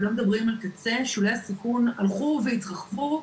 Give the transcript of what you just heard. ולא מדברים על קצה שולי הסיכון הלכו והתרחבו,